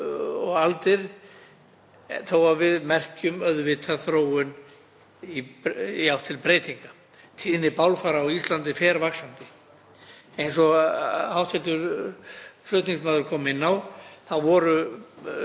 og aldir þó að við merkjum auðvitað þróun í átt til breytinga. Tíðni bálfara á Íslandi fer vaxandi. Eins og hv. þingmaður kom inn á voru